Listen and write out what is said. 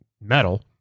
metal